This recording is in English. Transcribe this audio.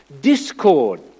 Discord